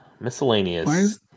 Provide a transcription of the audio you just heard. miscellaneous